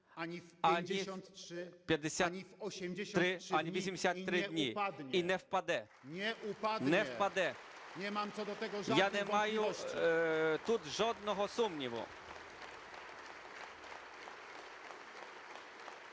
ані в 53, ані у 83 дні. І не впаде! Не впаде – я не маю тут жодного сумніву.